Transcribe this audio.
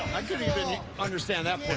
i understand that